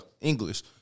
English